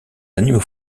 animaux